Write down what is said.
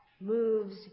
moves